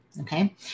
Okay